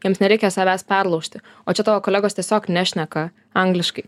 jiems nereikia savęs perlaužti o čia tavo kolegos tiesiog nešneka angliškai